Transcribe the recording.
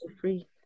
free